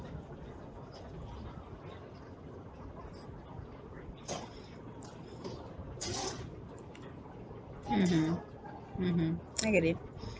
mmhmm mmhmm I get it